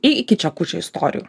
į iki čekučių istorijų